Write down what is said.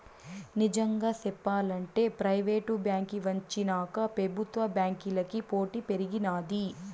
నిజంగా సెప్పాలంటే ప్రైవేటు బాంకీ వచ్చినాక పెబుత్వ బాంకీలకి పోటీ పెరిగినాది